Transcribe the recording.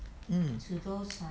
mm